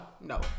No